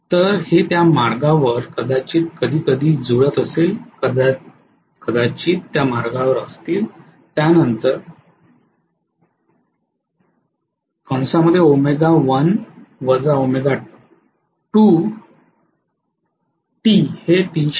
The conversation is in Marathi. तर हे त्या मार्गावर कदाचित कधीकधी जुळत असेल कदाचित त्या मार्गावर असतील त्यानंतर हे 360 डिग्री होते आणि ते जुळेलही